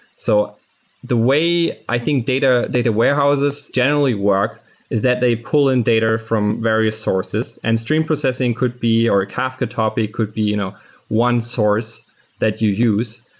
so the way i think data data warehouses generally work is that they pull in data from various sources and stream processing could be or kafka topic could be you know one source that you use,